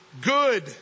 good